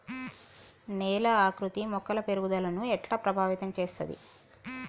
నేల ఆకృతి మొక్కల పెరుగుదలను ఎట్లా ప్రభావితం చేస్తది?